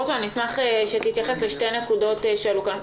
פרופ' גרוטו, אשמח שתתייחס לשתי נקודות שעלו כאן.